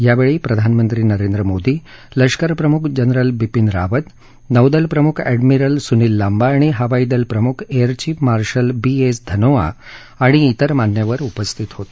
यावेळी प्रधानमंत्री नरेंद्र मोदी लष्करप्रमुख जनरल बिपीन रावत नौदल प्रमुख ऍडमिरल सुनील लांबा आणि हवाईदल प्रमुख air chief marshal B S Dhanoa आणि अन्य मान्यवर उपस्थित होते